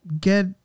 get